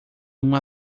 uma